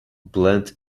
blend